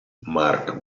mark